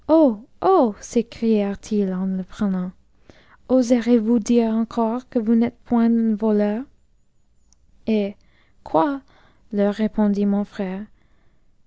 en le prenant oserez vous dire encore que vous n'êtes point unvotcur eh quoi leur répondit mon frère